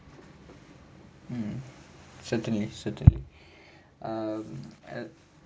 mm certainly certainly uh